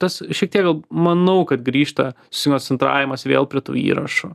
tas šiek tiek manau kad grįžta susikoncentravimas vėl prie tų įrašų